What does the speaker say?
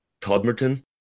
Todmerton